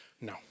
no